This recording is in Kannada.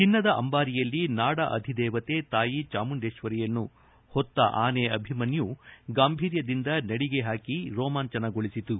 ಚಿನ್ನದ ಅಂಬಾರಿಯಲ್ಲಿ ನಾಡ ಅಧಿದೇವತೆ ತಾಯಿ ಚಾಮುಂಡೇಶ್ವರಿಯನ್ನು ಹೊತ್ತ ಅಭಿಮನ್ನು ಆನೆ ಗಾಂಭೀರ್ಯದಿಂದ ನಡಿಗೆ ಹಾಕಿ ರೋಮಾಂಚನಗೊಳಿಸಿತು